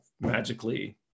magically